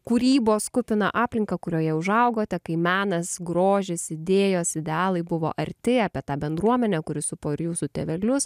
kūrybos kupiną aplinką kurioje užaugote kai menas grožis idėjos idealai buvo arti apie tą bendruomenę kuri supo ir jūsų tėvelius